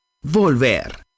volver